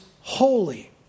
holy